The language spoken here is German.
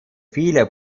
viele